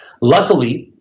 Luckily